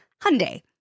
Hyundai